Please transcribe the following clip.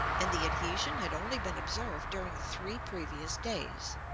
and the adhesion had only been observed during the three previous days.